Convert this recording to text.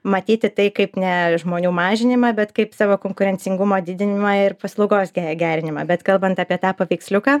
matyti tai kaip ne žmonių mažinimą bet kaip savo konkurencingumo didinimą ir paslaugos ge gerinimą bet kalbant apie tą paveiksliuką